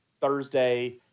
Thursday